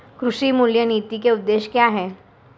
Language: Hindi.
कृषि मूल्य नीति के उद्देश्य क्या है?